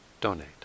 donate